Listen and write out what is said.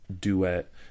duet